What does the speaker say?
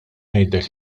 ngħidlek